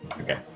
Okay